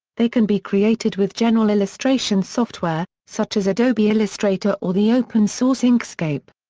they can be created with general illustration software, such as adobe illustrator or the open-source inkscape.